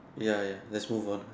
ya ya just move on ah